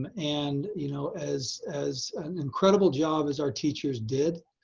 and and you know as as an incredible job as our teachers did,